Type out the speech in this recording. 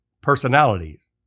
personalities